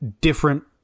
different